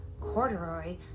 Corduroy